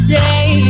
day